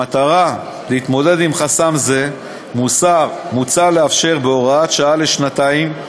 במטרה להתמודד עם חסם זה מוצע לאפשר בהוראת שעה לשנתיים,